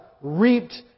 reaped